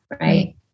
right